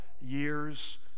years